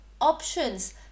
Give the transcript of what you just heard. options